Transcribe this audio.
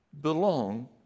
belong